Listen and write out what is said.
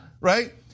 right